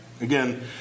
again